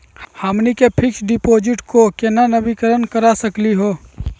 हमनी के fix deposit क केना नवीनीकरण करा सकली हो?